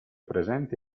presenti